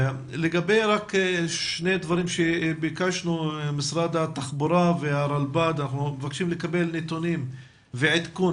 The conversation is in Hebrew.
אנחנו מבקשים לקבל ממשרד התחבורה והרלב"ד נתונים ועדכון